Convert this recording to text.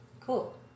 Cool